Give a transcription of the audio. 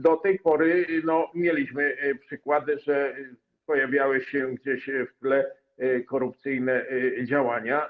Do tej pory mieliśmy przykłady, że pojawiały się gdzieś w tle korupcyjne działania.